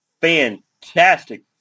fantastic